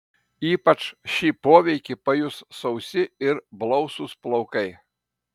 ypač šį poveikį pajus sausi ar blausūs plaukai